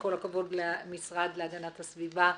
שכל הכבוד למשרד להגנת הסביבה,